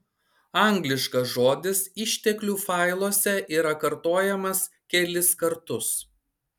angliškas žodis išteklių failuose yra kartojamas kelis kartus